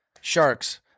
Sharks